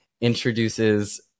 introduces